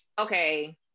okay